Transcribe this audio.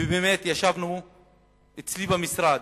ובאמת, ישבנו אצלי במשרד,